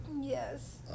Yes